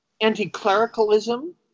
anti-clericalism